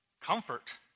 comfort